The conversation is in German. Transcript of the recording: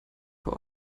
vor